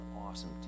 awesome